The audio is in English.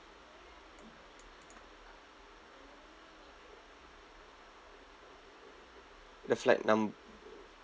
the flight num~